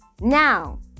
Now